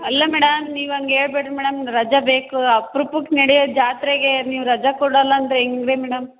ಅಲ್ಲ ಮೇಡಮ್ ನೀವು ಹಂಗೆ ಹೇಳ್ಬೇಡ್ರಿ ಮೇಡಮ್ ರಜೆ ಬೇಕು ಅಪ್ರೂಪಕ್ಕೆ ನಡೆಯೋ ಜಾತ್ರೆಗೆ ನೀವು ರಜೆ ಕೊಡೋಲ್ಲ ಅಂದರೆ ಹೆಂಗ್ರಿ ಮೇಡಮ್